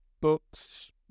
books